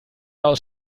aus